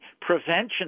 prevention